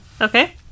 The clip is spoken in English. okay